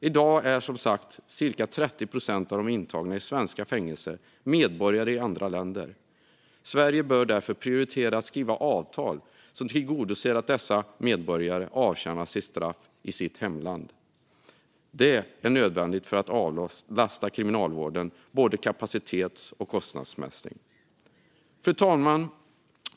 I dag är som sagt cirka 30 procent av de intagna i svenska fängelser medborgare i andra länder. Sverige bör därför prioritera att skriva avtal som tillser att dessa medborgare avtjänar sitt straff i hemlandet. Det är nödvändigt för att avlasta kriminalvården både kapacitets och kostnadsmässigt. Fru talman!